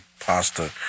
pasta